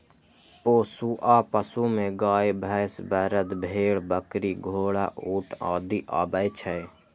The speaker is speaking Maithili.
पोसुआ पशु मे गाय, भैंस, बरद, भेड़, बकरी, घोड़ा, ऊंट आदि आबै छै